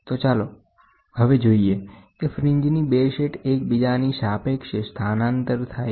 તો ચાલો હવે જોઈએ કે ફ્રીન્જની બે સેટં એકબીજાની સાપેક્ષે સ્થાનાંતર થાય છે